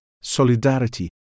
solidarity